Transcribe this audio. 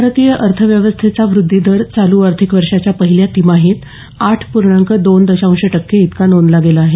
भारतीय अर्थव्यवस्थेचा व्रद्धी दर चालू आर्थिक वर्षाच्या पहिल्या तिमाहीत आठ पूर्णांक दोन दशांश टक्के इतका नोंदला गेला आहे